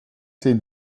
zehn